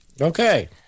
Okay